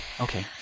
okay